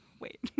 Wait